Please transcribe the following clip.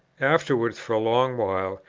afterwards for a long while,